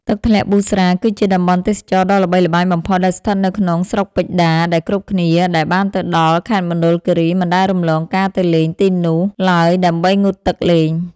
ទឹកធ្លាក់ប៊ូស្រា គឺជាតំបន់ទេសចរណ៍ដ៏ល្បីល្បាញបំផុតដែលស្ថិតនៅក្នុងស្រុកពេជ្រដា ដែលគ្រប់គ្នាដែលបានទៅដល់ខេត្តមណ្ឌលគីរីមិនដែលរំលងការទៅលេងទីនោះឡើយដើម្បីងូតទឹកលេង។